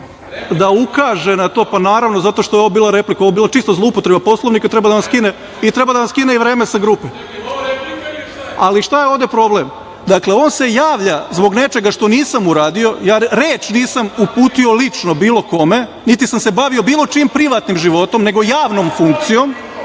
na Poslovnik.)Pa naravno zato što je ovo bila replika. Ovo je bila čista zloupotreba Poslovnika. Treba da vas skine vreme sa grupe. Šta je ovde problem? On se javlja zbog nečega što nisam uradio. Ja reč nisam uputio lično bilo kome, niti sam se bavio bilo čijim privatnim životom nego javnom funkcijom,